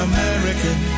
American